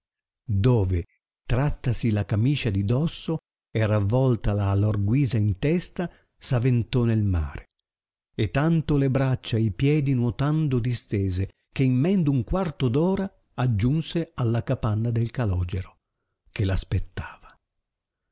dove trattasi la camiscia di dosso e ravoltala a lor guisa in testa s aventò nel mare e tanto le braccia e i piedi nuotando distese che in men d un quarto d ora aggiunse alla capanna del calogero che l aspettava